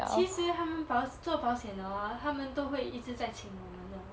其实他们保做保险的 hor 他们都会一直在请人的